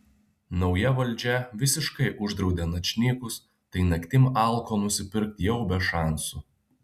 nauja valdžia visiškai uždraudė načnykus tai naktim alko nusipirkt jau be šansų